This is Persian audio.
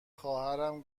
خواهرم